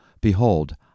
Behold